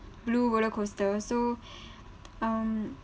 blue roller coaster so um